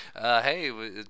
hey